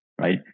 right